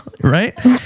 Right